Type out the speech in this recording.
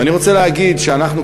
ואני רוצה להגיד שאנחנו,